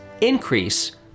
increase